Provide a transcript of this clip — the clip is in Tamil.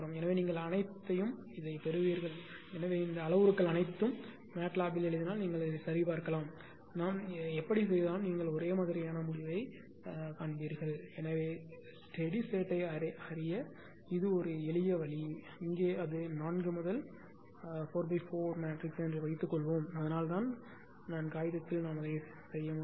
எனவே நீங்கள் அனைத்தையும் பெறுவீர்கள் எனவே இந்த அளவுருக்கள் அனைத்தும் மேட்லாபில் எழுதினால் நீங்கள் சரிபார்க்கலாம் நாம் எப்படி செய்தாலும் நீங்கள் ஒரே மாதிரியான முடிவைக் காண்பீர்கள் எனவே ஸ்டெடி ஸ்டேட்யை அறிய இது ஒரு வழி இங்கே அது 4 முதல் 4 என்று வைத்துக்கொள்வோம் அதனால்தான் காகிதத்தில் நாம் அதைச் செய்ய முடியும்